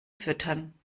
füttern